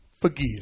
Forgive